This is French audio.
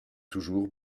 toujours